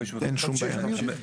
תמשיך.